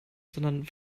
sondern